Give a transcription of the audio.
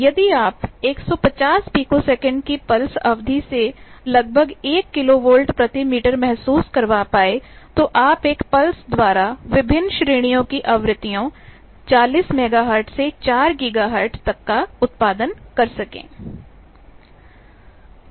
यदि आप 150 पिकोसेकंड की पल्स अवधि से लगभग एक किलोवोल्ट प्रति मीटर महसूस करवा पाए तो आप एक पल्स द्वारा विभिन्न श्रेणियों की आवृत्तियों 40 मेगाहर्ट्ज़ से 4 गीगाहर्ट्ज़ तक का उत्पादन कर सकें